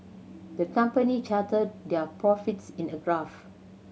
the company charted their profits in a graph